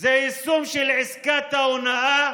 זה יישום של עסקת ההונאה